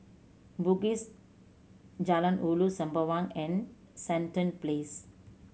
Bugis Jalan Ulu Sembawang and Sandown Place